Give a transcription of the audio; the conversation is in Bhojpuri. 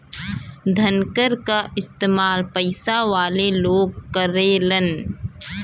धनकर क इस्तेमाल पइसा वाले लोग करेलन